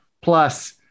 plus